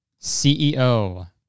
CEO